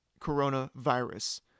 coronavirus